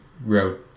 wrote